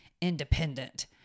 independent